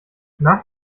nach